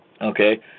Okay